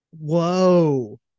Whoa